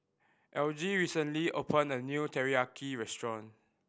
Algie recently opened a new Teriyaki Restaurant